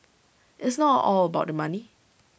IT is not all about the money